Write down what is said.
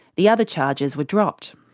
the other charges were dropped.